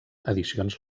edicions